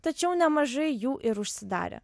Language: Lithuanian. tačiau nemažai jų ir užsidarė